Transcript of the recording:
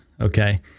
Okay